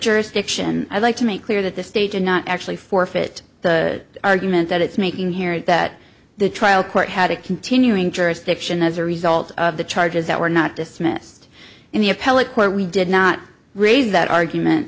jurisdiction and i'd like to make clear that the state did not actually forfeit the argument that it's making here that the trial court had a continuing jurisdiction as a result of the charges that were not dismissed in the appellate court we did not raise that argument